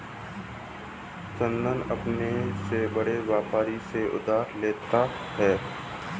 चंदन अपने से बड़े व्यापारी से उधार लेता है